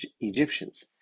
Egyptians